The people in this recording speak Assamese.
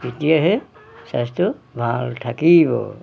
তেতিয়াহে স্বাস্থ্য ভাল থাকিব